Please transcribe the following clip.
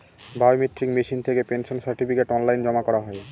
biometric machine থেকে pension certificate online জমা করা হয়